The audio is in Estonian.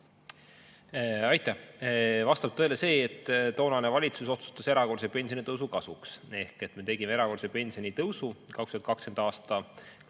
Aitäh! Vastab tõele see, et toonane valitsus otsustas erakorralise pensionitõusu kasuks ehk et me tegime erakorralise pensionitõusu 2020. aasta 1.